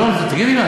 לא, תגידי מה.